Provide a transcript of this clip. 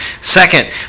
Second